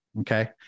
Okay